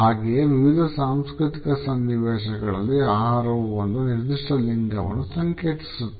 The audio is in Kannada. ಹಾಗೆಯೇ ವಿವಿಧ ಸಾಂಸ್ಕೃತಿಕ ಸನ್ನಿವೇಶಗಳಲ್ಲಿ ಆಹಾರವು ಒಂದು ನಿರ್ದಿಷ್ಟ ಲಿಂಗವನ್ನು ಸಂಕೇತಿಸುತ್ತದೆ